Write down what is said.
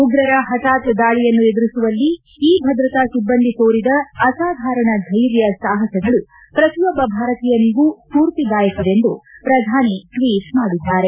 ಉಗ್ರರ ಹಠಾತ್ ದಾಳಿಯನ್ನು ಎದುರಿಸುವಲ್ಲಿ ಈ ಭದ್ರತಾ ಸಿಬ್ಬಂದಿ ತೋರಿದ ಅಸಾಧಾರಣ ಧೈರ್ಯ ಸಾಹಸಗಳು ಪ್ರತಿಯೊಬ್ಬ ಭಾರತೀಯನಿಗೂ ಸ್ಫೂರ್ತಿದಾಯಕವೆಂದು ಪ್ರಧಾನಿ ಟ್ಟೀಟ್ ಮಾಡಿದ್ದಾರೆ